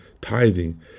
tithing